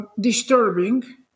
Disturbing